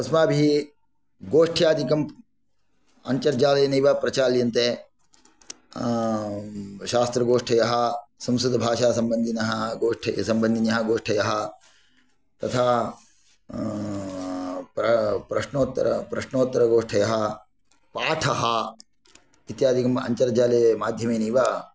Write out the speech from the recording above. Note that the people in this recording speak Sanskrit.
अस्माभिः गोष्ठ्यादिकम् अन्तर्जालेनैव प्रचाल्यन्ते शास्त्रगोष्ठयः संस्कृतभाषासम्बन्धिनः सम्बन्धिन्यः गोष्ठयः तथा प्रश्नोत्तर प्रश्नोत्तरगोष्ठयः पाठः इत्यादिकम् अन्तर्जालमाध्यमेनैव